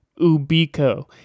Ubico